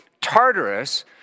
Tartarus